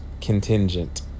contingent